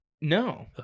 No